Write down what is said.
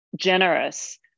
generous